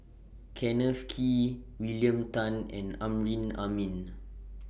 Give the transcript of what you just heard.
Kenneth Kee William Tan and Amrin Amin